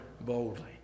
boldly